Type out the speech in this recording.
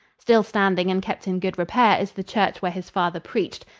still standing, and kept in good repair, is the church where his father preached.